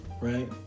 right